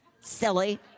silly